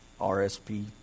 RSP